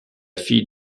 fille